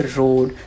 road